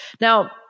Now